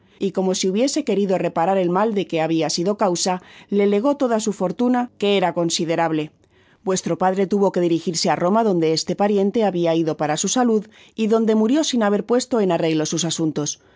y como si hubiese querido reparar el mal deque habia sido causa le legó toda su fortuna que era considerablevuestro padre tuvo que dirigirse á roma donde este pariente habia ido para su salud y donde murió sin haber puestu en arreglo sus asuntos